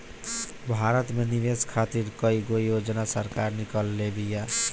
भारत में निवेश खातिर कईगो योजना सरकार निकलले बिया